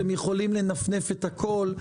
אתם יכולים לנפנף את הכול,